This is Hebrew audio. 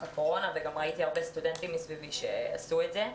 תקופת הקורונה וגם ראיתי הרבה סטודנטים סביבי שעשו את זה.